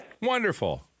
Wonderful